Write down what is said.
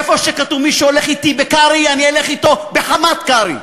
מי שהולך אתי בקרי, אני אלך אתו בחמת קרי,